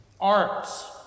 Arts